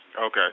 Okay